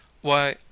Why